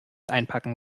einpacken